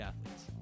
athletes